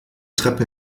treppe